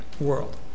world